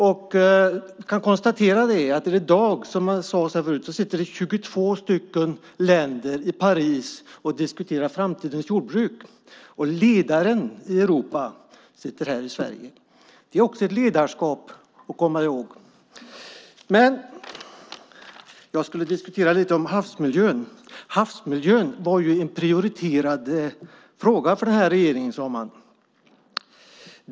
I dag sitter representanter för 22 länder i Paris och diskuterar framtidens jordbruk. Ledaren i Europa sitter här i Sverige. Det är också ett ledarskap att komma ihåg. Jag skulle vilja diskutera havsmiljön. Havsmiljön var en prioriterad fråga för den här regeringen, sade man.